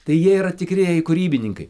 tai jie yra tikrieji kūrybininkai